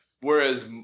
whereas